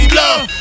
love